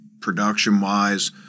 production-wise